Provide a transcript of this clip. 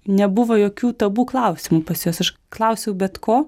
nebuvo jokių tabu klausimų pas juos aš klausiau bet ko